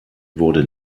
wurde